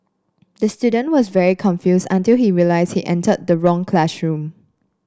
the student was very confused until he realised he entered the wrong classroom